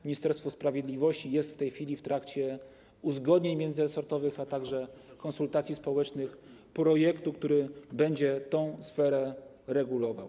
Ministerstwo Sprawiedliwości jest w tej chwili w trakcie uzgodnień międzyresortowych, a także konsultacji społecznych projektu, który będzie tę sferę regulował.